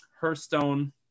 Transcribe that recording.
hearthstone